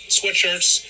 sweatshirts